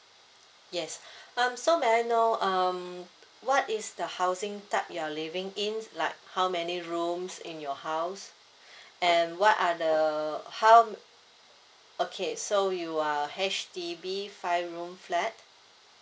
yes um so may I know um what is the housing type you're living in like how many rooms in your house and what are the how okay so you are H_D_B five room flat